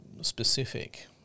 specific